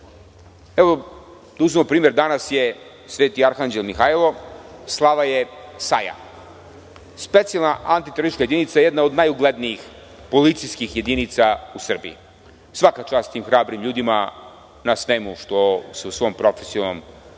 Da uzmemo primer, danas je Sveti Arhanđel Mihajlo, slava je SAJ-a, Specijalna antiteroristička jedinica, jedna od najuglednijih policijskih jedinica u Srbiji. Svaka čast tim hrabrim ljudima na svemu sa čime se u svom profesionalnom životu